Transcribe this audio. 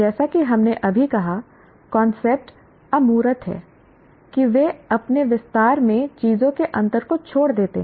जैसा कि हमने अभी कहा कांसेप्ट अमूर्त हैं कि वे अपने विस्तार में चीजों के अंतर को छोड़ देते हैं